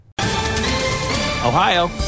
Ohio